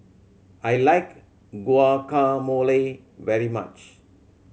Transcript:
I like Guacamole very much